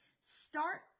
Start